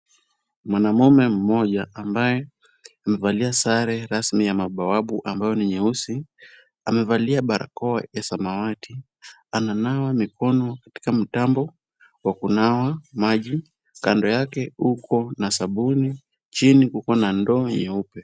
Mwanaume mmoja ambaye amevalia sare rasmi ya mabawabu ambaye ni nyeusi, amevalia barakoa ya samawati. Ananawa mikono katika mtambo wa kunawa maji. Kando yake uko na sabuni, chini kuko na ndoo nyeupe.